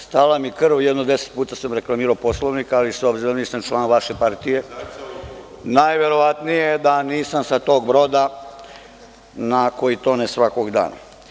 Stala mi krv, jedno deset puta sam reklamirao Poslovnik, ali s obzirom da nisam član vaše partije najverovatnije da nisam sa tog brodakoji tone svakog dana.